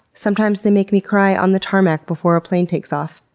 sometimes they make me cry on the tarmac before a plane takes off,